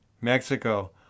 Mexico